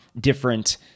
different